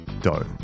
dough